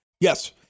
Yes